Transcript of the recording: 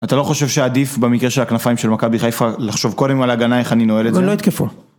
אתה לא חושב שעדיף במקרה של הכנפיים של מכבי חיפה לחשוב קודם על הגנה, איך אני נוהל את זה? הוא לא התקפו.